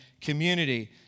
community